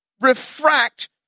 refract